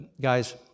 guys